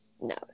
No